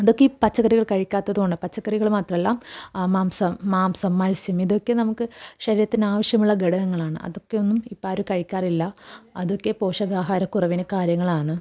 അതൊക്കെ ഈ പച്ചക്കറികൾ കഴിക്കാത്തത് കൊണ്ടാണ് പച്ചക്കറികൾ മാത്രമല്ല മാംസം മാംസം മത്സ്യം ഇതൊക്കെ നമുക്ക് ശരീരത്തിന് ആവശ്യമുള്ള ഘടകങ്ങളാണ് അതൊക്കെ ഒന്നും ഇപ്പോൾ ആരും കഴിക്കാറില്ല അതൊക്കെ പോഷകാഹാരക്കുറവിന് കാര്യങ്ങളാണ്